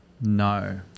No